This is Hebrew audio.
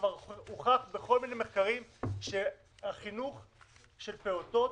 וכבר הוכח בכל מיני מחקרים שהחינוך של פעוטות,